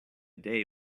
day